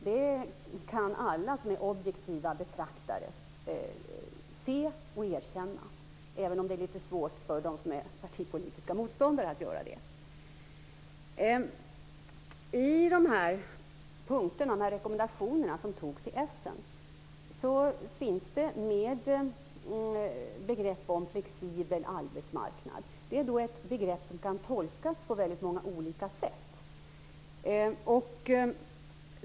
Det kan alla som är objektiva betraktare se och erkänna, även om det är litet svårt för dem som är partipolitiska motståndare. I rekommendationerna som antogs i Essen finns med begrepp om flexibel arbetsmarknad. Det är ett begrepp som kan tolkas på väldigt många olika sätt.